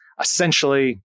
essentially